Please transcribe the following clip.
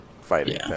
fighting